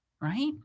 right